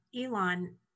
Elon